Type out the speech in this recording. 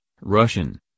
Russian